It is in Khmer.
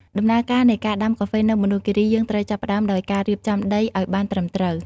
ដំណើរការនៃការដាំកាហ្វេនៅមណ្ឌលគិរី យើងត្រូវចាប់ផ្ដើមដោយការរៀបចំដីឱ្យបានត្រឹមត្រូវ។